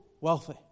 wealthy